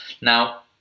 Now